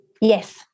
Yes